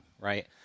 right